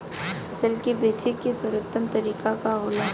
फसल के बेचे के सर्वोत्तम तरीका का होला?